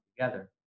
together